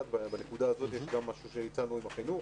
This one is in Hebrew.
בנקודה הזאת יש גם משהו שהצענו עם החינוך.